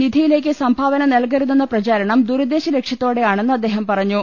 നിധിയിലേക്ക് സംഭാവന നൽകരുതെന്ന പ്രചാരണം ദുരു ദ്ദേശ ലക്ഷ്യത്തോടെയാണെന്ന് അദ്ദേഹം പറഞ്ഞു